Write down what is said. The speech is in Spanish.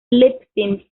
leipzig